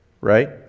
right